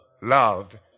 loved